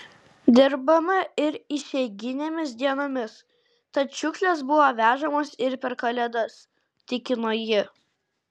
dirbame ir išeiginėmis dienomis tad šiukšlės buvo vežamos ir per kalėdas tikino ji